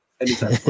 anytime